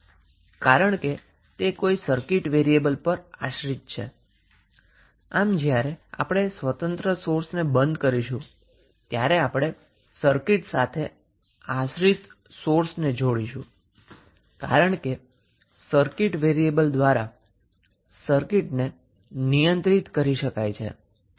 તેથી આપણે ડિપેન્ડન્ટ સોર્સને સર્કિટ સાથે જોડેલા રાખીશુ જ્યારે આપણે માત્ર ઇંડિપેન્ડન્ટ સોર્સને બંધ કરીશું અને પછી ડિપેન્ડન્ટ સોર્સને ટર્ન્ડ ઓફ કરી શકતા નથી કારણ કે તે સર્કિટ વેરીએબલ દ્વારા નિયંત્રિત કરી શકાય છે